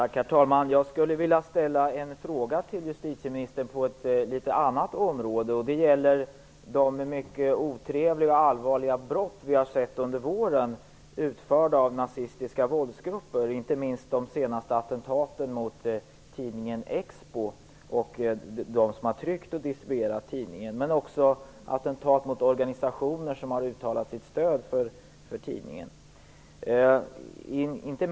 Herr talman! Jag skulle vilja ställa en fråga till justitieministern som rör ett annat område. Den gäller de mycket otrevliga och allvarliga brott som vi har sett under våren som är utförda av nazistiska våldsgrupper. Jag tänker inte minst på de senaste attentaten vad gäller tidningen Expo mot dem som har tryckt och distribuerat tidningen. Det har också varit attentat mot organisationer som har uttalat sitt stöd för tidningen.